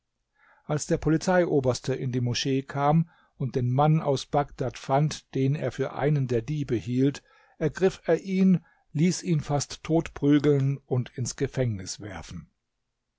als der polizeioberste in die moschee kam und den mann aus bagdad fand den er für einen der diebe hielt ergriff er ihn ließ ihn fast tot prügeln und ins gefängnis werfen